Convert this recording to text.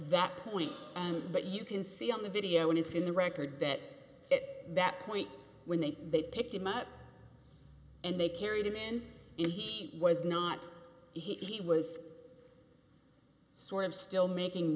that point and that you can see on the video and it's in the record that it that point when they they picked him up and they carried in him he was not he was sort of still making